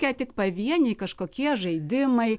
likę tik pavieniai kažkokie žaidimai